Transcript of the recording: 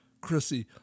Chrissy